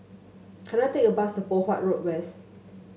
can I take a bus to Poh Huat Road West